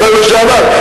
השר לשעבר,